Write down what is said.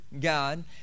God